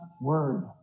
word